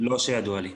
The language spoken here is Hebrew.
לא שידוע לי.